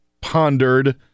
pondered